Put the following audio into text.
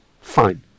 fine